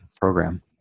program